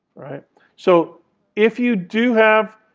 so if you do have